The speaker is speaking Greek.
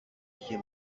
είχε